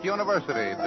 University